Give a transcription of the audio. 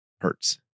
hertz